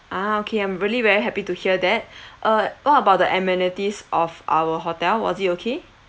ah okay I'm really very happy to hear that uh what about the amenities of our hotel was it okay